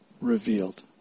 revealed